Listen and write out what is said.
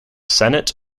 senate